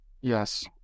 Yes